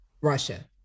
Russia